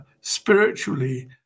spiritually